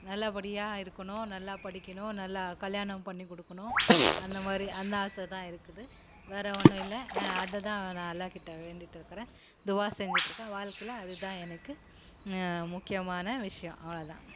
நல்லபடியாக இருக்கணும் நல்லா படிக்கணும் நல்லா கல்யாணம் பண்ணி கொடுக்குணும் அந்த மாதிரி அந்த ஆசை தான் இருக்குது வேற ஒன்றும் இல்லை அதை தான் நான் அல்லா கிட்ட வேண்டிகிட்டு இருக்கிறேன் துவா செஞ்சுகிட்டு இருக்கிறேன் வாழ்க்கையில் அது தான் எனக்கு முக்கியமான விஷயம் அவ்வளோ தான்